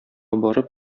барып